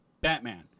batman